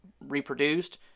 reproduced